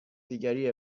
دیگری